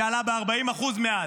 שעלו ב-40% מאז.